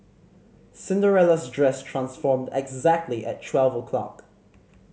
Cinderella's dress transformed exactly at twelve o' clock